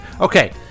Okay